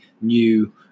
new